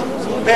ג.